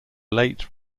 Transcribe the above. late